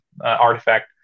artifact